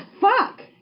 fuck